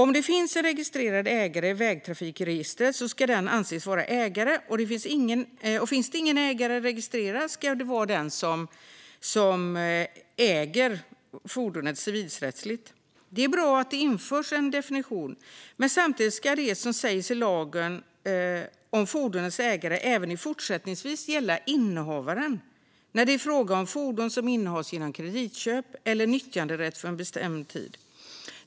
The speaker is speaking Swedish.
Om det finns en registrerad ägare i vägtrafikregistret ska denna anses vara ägare, och finns det ingen ägare registrerad ska det vara den som äger fordonet civilrättsligt. Det är bra att det införs en definition, men samtidigt ska det som sägs i lagen om fordonets ägare även i fortsättningen gälla innehavaren när det är fråga om fordon som innehas genom kreditköp eller nyttjanderätt för en bestämd tid.